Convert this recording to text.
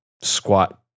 squat